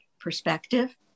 perspective